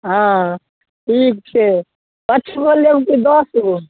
हँ ठीक छै पाँच गो लेब की दश गो